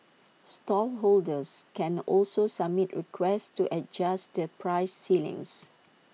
stallholders can also submit requests to adjust the price ceilings